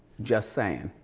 just saying.